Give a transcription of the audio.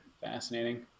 fascinating